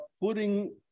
putting